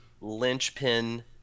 linchpin